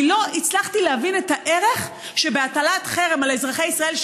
אני לא הצלחתי להבין את הערך שבהטלת חרם על אזרחי ישראל,